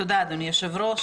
תודה רבה.